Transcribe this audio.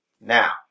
Now